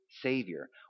Savior